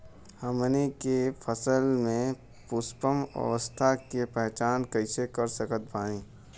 हमनी के फसल में पुष्पन अवस्था के पहचान कइसे कर सकत बानी?